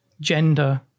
gender